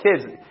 kids